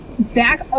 back